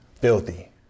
Filthy